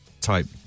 type